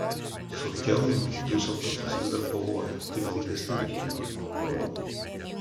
su kelnu diuseldorfas vis dar kovoja tik taikesne priemone ironija